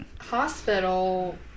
Hospital